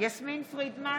יסמין פרידמן,